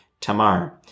Tamar